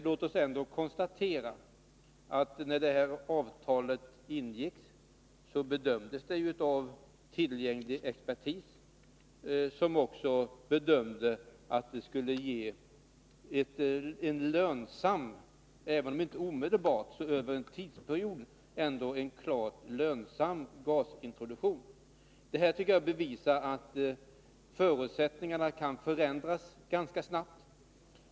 Låt oss ändå konstatera att när avtalet ingicks bedömde då tillgänglig expertis att det skulle innebära, även om inte omedelbart så över en viss tidsperiod, en klart lönsam gasintroduktion. Jag tycker att detta bevisar att förutsättningarna kan förändras ganska snabbt.